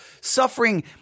suffering